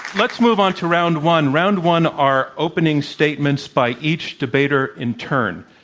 let's move on to round one. round one are opening statements by each debater in turn.